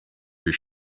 you